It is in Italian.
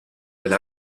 del